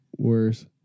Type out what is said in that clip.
Worse